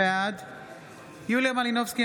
בעד יוליה מלינובסקי,